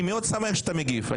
אני מאוד שמח שאתה מגיב.